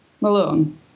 Malone